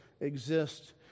exist